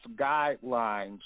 guidelines